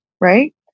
right